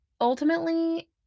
Ultimately